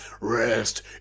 rest